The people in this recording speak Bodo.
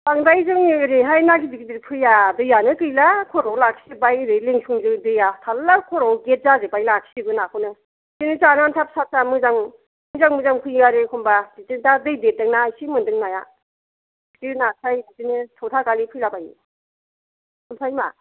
बांद्राय जोंनि ओरैहाय ना गिदिर गिदिर फैया दैयानो गैला खर'आव लाखि जोबबाय ओरै लिंसन दैआ थारला खर'आव गेट जाजोब्बाय लाखिजोबो नाखौनो बिदिनो जानो आन्था फिसा फिसा मोजां मोजां मोजां फैयो आरो एखम्बा बिदिनो दा दै देरदोंना एसे मोनदों नाया बिदिनो फिथिख्रि नास्राय बिदिनो थ'था गालि फैला बायो ओमफ्राय मा